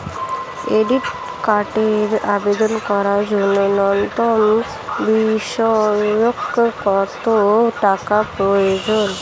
Credit কার্ডের আবেদন করার জন্য ন্যূনতম বার্ষিক কত টাকা প্রয়োজন?